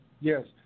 Yes